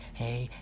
hey